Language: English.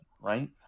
right